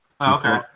okay